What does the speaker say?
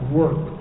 work